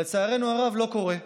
לצערנו הרב, לא קורה.